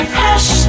hush